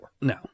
No